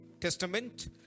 Testament